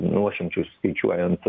nuošimčių skaičiuojant